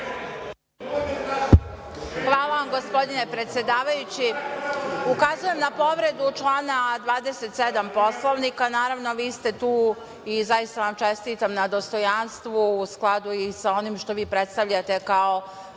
Hvala vam, gospodine predsedavajući. Ukazujem na povredu člana 27. Poslovnika. Naravno, vi ste tu i zaista vam čestitam na dostojanstvu, u skladu sa onim što vi predstavljate kao